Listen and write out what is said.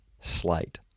slate